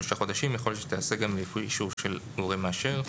שלושה חודשים יכול שתיעשה גם לפי אישור של גורם מאשר".